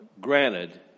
granted